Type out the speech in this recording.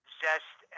zest